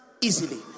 easily